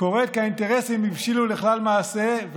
קורית כי האינטרסים הבשילו לכלל מעשה,